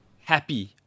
happy